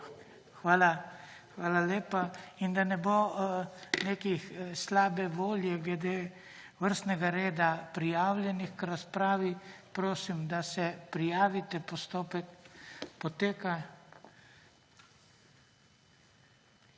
Hvala lepa. Da ne bo slabe volje glede vrstnega reda prijavljenih k razpravi, prosim, da se prijavite. Postopek poteka.